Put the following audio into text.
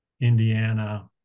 Indiana